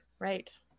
right